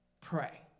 pray